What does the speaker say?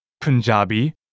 Punjabi